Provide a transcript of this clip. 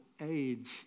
age